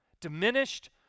diminished